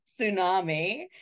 tsunami